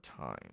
time